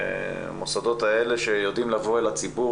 המוסדות האלה יודעים לבוא אל הציבור